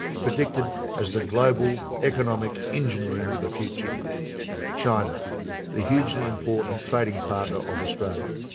predicted as the global economic engine room of the future china the hugely important trading partner of australia.